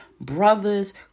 brothers